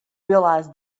realise